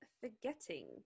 forgetting